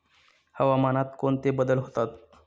हवामानात कोणते बदल होतात?